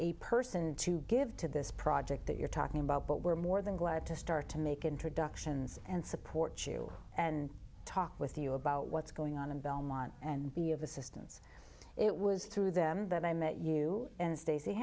a person to give to this project that you're talking about but we're more than glad to start to make introductions and support you and talk with you about what's going on in belmont and be of assistance it was through them that i met you and